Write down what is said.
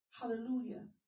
hallelujah